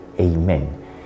Amen